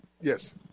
Yes